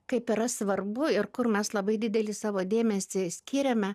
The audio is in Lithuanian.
kaip yra svarbu ir kur mes labai didelį savo dėmesį skiriame